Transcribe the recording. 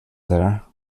there